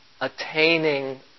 attaining